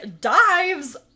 dives